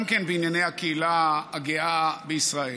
גם כן בענייני הקהילה הגאה בישראל.